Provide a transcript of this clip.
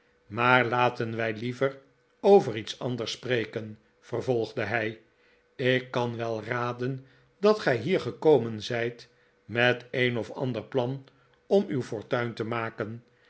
maar laten wij liever over iets anders spreken vervolgde hij ik kan wel raden dat gij hier gekomen zijt met een of ander plan om uw fortuin te maken